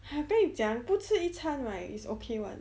还被讲不吃一餐 right it's okay [one]